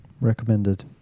Recommended